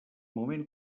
moment